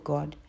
God